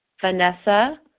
Vanessa